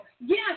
yes